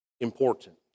important